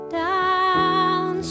down